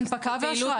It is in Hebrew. הנפקה ואשראי.